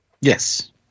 Yes